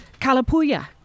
Kalapuya